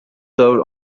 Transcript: served